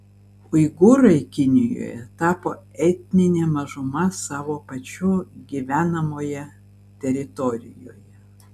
uigūrai kinijoje tapo etnine mažuma savo pačių gyvenamoje teritorijoje